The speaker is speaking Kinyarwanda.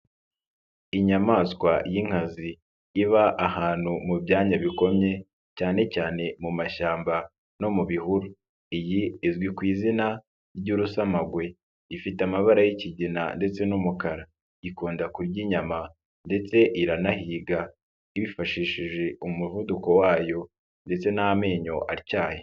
Inyamaswa y'inkazi iba ahantu mu byanya bikomye, cyane cyane mu mashyamba no mu bihuru. Iyi izwi ku izina ry'urusamagwe, ifite amabara y'ikigina ndetse n'umukara, ikunda kurya inyama ndetse iranahiga, yifashishije umuvuduko wayo ndetse n'amenyo atyaye.